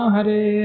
Hare